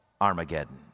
Armageddon